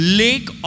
lake